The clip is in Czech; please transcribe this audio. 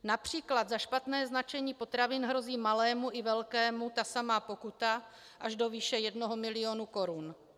Například za špatné značení potravin hrozí malému i velkému ta samá pokuta až do výše jednoho milionu korun.